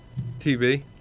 TV